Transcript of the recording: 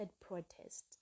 protest